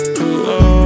hello